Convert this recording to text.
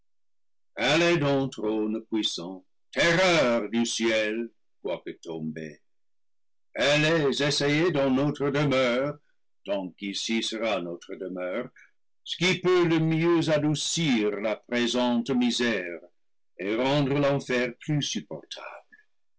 allez donc trônes puissants terreur du ciel quoique tom bés allez essayer dans notre demeure tant qu'ici sera notre demeure ce qui peut le mieux adoucir la présente misère et rendre l'enfer plus supportable